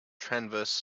transverse